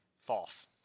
False